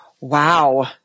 Wow